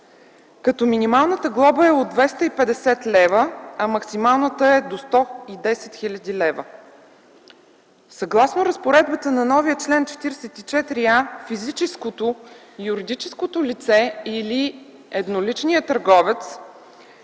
като минималната глоба е от 250 лв., а максималната е до 110 000 лв. Съгласно разпоредбата на новия чл. 44а, физическото, юридическото лице или едноличният търговец,